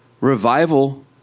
Revival